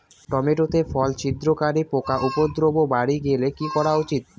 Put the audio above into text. Tomato তে ফল ছিদ্রকারী পোকা উপদ্রব বাড়ি গেলে কি করা উচিৎ?